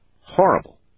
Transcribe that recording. horrible